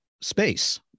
space